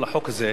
של החוק הזה,